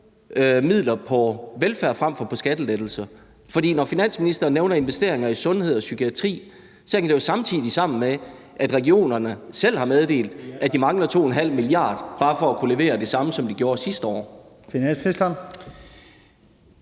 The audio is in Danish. midler på velfærd frem for på skattelettelser. For når finansministeren nævner investeringer i sundhed og psykiatri, hænger det jo sammen med, at regionerne selv har meddelt, at de mangler 2,5 mia. kr. bare for at kunne levere det samme, som de gjorde sidste år.